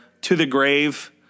to-the-grave